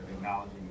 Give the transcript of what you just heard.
acknowledging